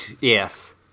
Yes